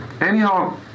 Anyhow